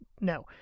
no